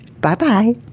Bye-bye